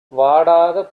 வாடாத